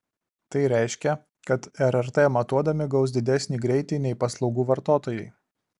tai reiškia kad rrt matuodami gaus didesnį greitį nei paslaugų vartotojai